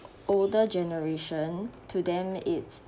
older generation to them it's